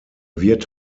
wird